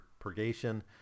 purgation